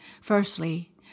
Firstly